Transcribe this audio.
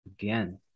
Again